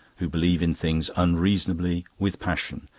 who believe in things unreasonably, with passion,